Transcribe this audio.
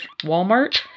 Walmart